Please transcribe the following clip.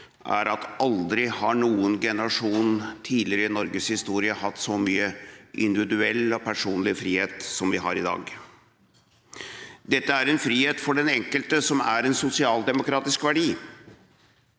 har noen generasjon tidligere i Norges historie hatt så mye individuell og personlig frihet som vi har i dag. Dette er en frihet for den enkelte som er en sosialdemokratisk verdi.